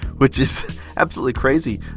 which is absolutely crazy.